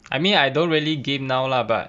I mean I don't really game now lah but